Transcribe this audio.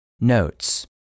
Notes